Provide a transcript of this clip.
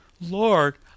Lord